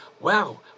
wow